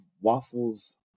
waffles